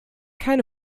keine